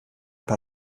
paar